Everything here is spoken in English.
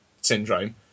syndrome